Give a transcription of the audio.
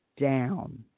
down